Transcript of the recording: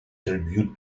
tribute